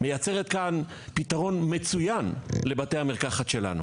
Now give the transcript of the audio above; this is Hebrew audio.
מייצרת כאן פתרון מצוין לבתי המרקחת שלנו.